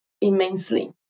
immensely